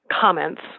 comments